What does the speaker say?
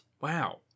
Wow